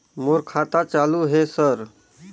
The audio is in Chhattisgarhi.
मोर खाता चालु हे सर?